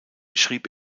schrieb